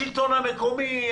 השלטון המקומי,